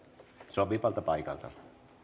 sopivalta paikalta